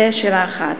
זו שאלה אחת.